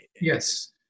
Yes